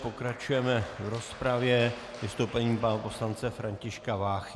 Pokračujeme v rozpravě vystoupením pana poslance Františka Váchy.